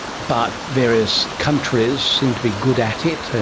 but various countries seem to be good at it,